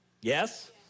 Yes